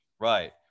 Right